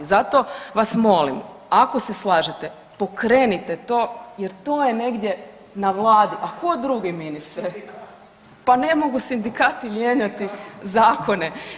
Zato vas molim ako se slažete pokrenite to jer to je negdje na vladi, a tko drugi ministre [[Upadica: Sindikati.]] pa ne mogu sindikati mijenjati zakone.